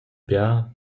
bia